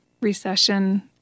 recession